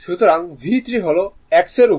সুতরাং V3 হল x এর উপর